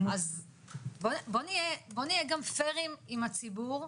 אז בואו נהיה גם הוגנים על הציבור,